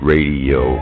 Radio